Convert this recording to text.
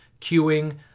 queuing